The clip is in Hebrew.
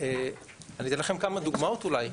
אני אתן לכם כמה דוגמאות אולי,